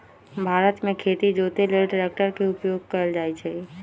भारत मे खेती जोते लेल ट्रैक्टर के उपयोग कएल जाइ छइ